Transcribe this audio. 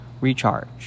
recharge